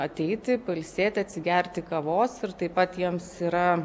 ateiti pailsėti atsigerti kavos ir taip pat jiems yra